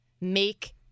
make